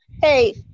Hey